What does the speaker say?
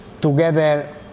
together